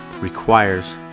requires